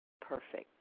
perfect